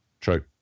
True